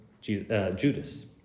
Judas